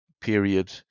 period